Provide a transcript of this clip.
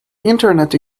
internet